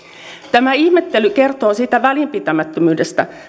tämä ihmettely kertoo siitä välinpitämättömyydestä